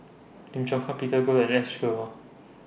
Lim Chong Peter Goh and S